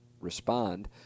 respond